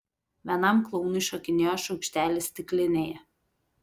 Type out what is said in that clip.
vienam klounui šokinėjo šaukštelis stiklinėje